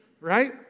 Right